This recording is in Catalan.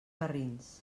garrins